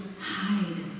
hide